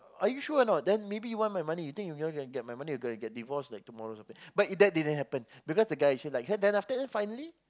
are you sure or not then maybe you want my money you think you cannot get my money you going to get divorce tomorrow or something but that didn't happen because the guy actually like her or something then finally